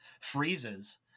freezes